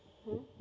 mm